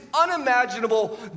unimaginable